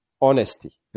honesty